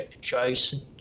Jason